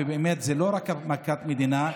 ובאמת זה לא רק מכת מדינה,